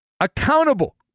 accountable